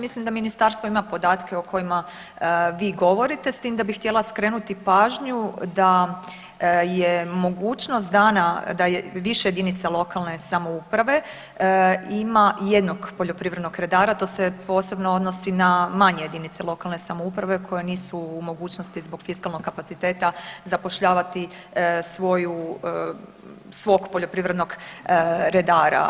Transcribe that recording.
Mislim da ministarstvo ima podatke o kojima vi govorite, s tim da bih htjela skrenuti pažnju da je mogućnost dana, da je više jedinice lokalne samouprave ima jednog poljoprivrednog redara, a to se posebno odnosi na manje jedinice lokalne samouprave koje nisu u mogućnosti zbog fiskalnog kapaciteta zapošljavati svog poljoprivrednog redara.